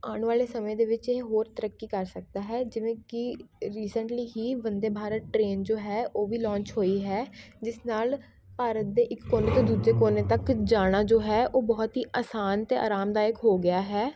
ਆਉਣ ਵਾਲ਼ੇ ਸਮੇਂ ਦੇ ਵਿੱਚ ਇਹ ਹੋਰ ਤਰੱਕੀ ਕਰ ਸਕਦਾ ਹੈ ਜਿਵੇਂ ਕਿ ਰੀਸੈਂਟਲੀ ਹੀ ਬੰਦੇ ਭਾਰਤ ਟਰੇਨ ਜੋ ਹੈ ਉਹ ਵੀ ਲੋਂਚ ਹੋਈ ਹੈ ਜਿਸ ਨਾਲ਼ ਭਾਰਤ ਦੇ ਇੱਕ ਕੋਨੇ ਤੋਂ ਦੂਜੇ ਕੋਨੇ ਤੱਕ ਜਾਣਾ ਜੋ ਹੈ ਉਹ ਬਹੁਤ ਹੀ ਆਸਾਨ ਅਤੇ ਆਰਾਮਦਾਇਕ ਹੋ ਗਿਆ ਹੈ